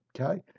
Okay